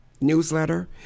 newsletter